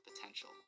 potential